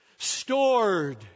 Stored